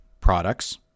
products